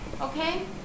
okay